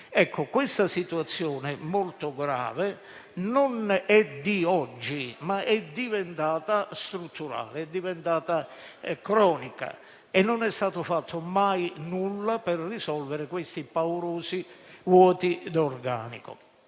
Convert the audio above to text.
Questa situazione molto grave non è di oggi, ma è diventata strutturale e cronica, e non è mai stato fatto nulla per risolvere i paurosi vuoti di organico.